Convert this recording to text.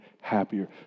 happier